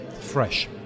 fresh